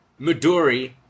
Midori